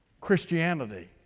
Christianity